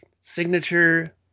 signature